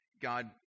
God